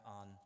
on